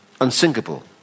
unsinkable